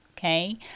Okay